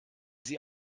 sie